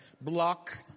Block